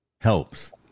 helps